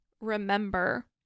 remember